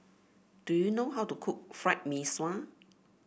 do you know how to cook Fried Mee Sua